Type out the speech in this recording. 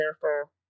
careful